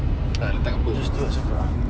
tak letak apa ah